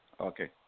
Okay